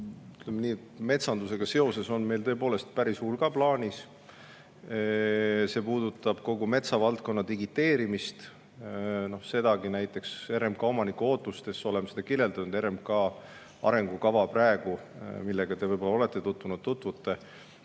nii, on metsandusega seoses meil tõepoolest päris hulga plaanis. See puudutab kogu metsavaldkonna digiteerimist. Sedagi näiteks oleme RMK omaniku ootustes kirjeldanud. RMK arengukava praegu, millega te juba olete tutvunud või tutvute,